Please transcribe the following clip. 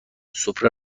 سفره